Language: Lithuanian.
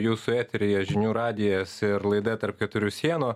jūsų eteryje žinių radijas ir laida tarp keturių sienų